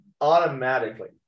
automatically